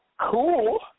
Cool